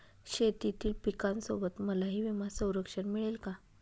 शेतीतील पिकासोबत मलाही विमा संरक्षण मिळेल का?